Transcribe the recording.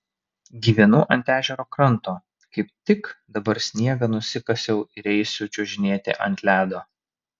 gyvenu ant ežero kranto kaip tik dabar sniegą nusikasiau ir eisiu čiuožinėti ant ledo